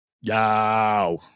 yow